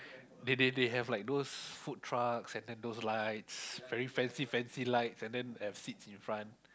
they they they have like those food trucks and then those lights very fancy fancy lights and then have seats in front